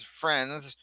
Friends